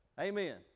Amen